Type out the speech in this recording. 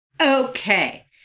Okay